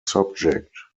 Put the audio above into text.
subject